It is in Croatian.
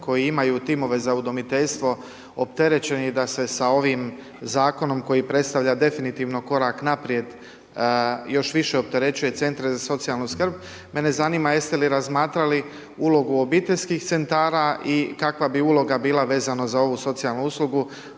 koji imaju timove za udomiteljstvo opterećeni da se sa ovim Zakonom koji predstavlja definitivno korak naprijed, još više opterećuje Centre za socijalnu skrb. Mene zanima jeste li razmatrali ulogu Obiteljskih centara i kakva bi uloga bila vezano za ovu socijalnu uslugu